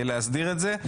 להסדיר את זה.